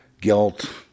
guilt